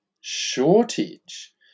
shortage